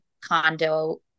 condo